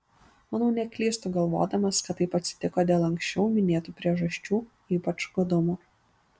manau neklystu galvodamas kad taip atsitiko dėl anksčiau minėtų priežasčių ypač godumo